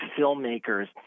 filmmakers